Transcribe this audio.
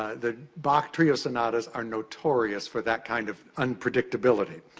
ah the bach trio sonatas are notorious for that kind of unpredictability.